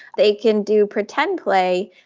they can do pretend play,